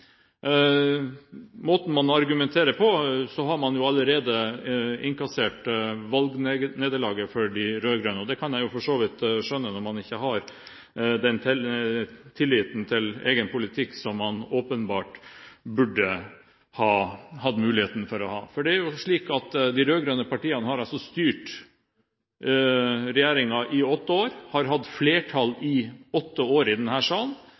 måten man argumenterer på, har man allerede innkassert valgnederlaget for de rød-grønne, og det kan jeg for så vidt skjønne når man ikke har den tilliten til egen politikk som man åpenbart burde hatt muligheten til å ha. For det er jo slik at de rød-grønne partiene har styrt regjeringen i åtte år. De har hatt flertall i denne salen i åtte år,